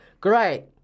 Great